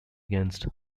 against